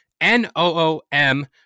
N-O-O-M